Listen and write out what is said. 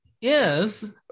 Yes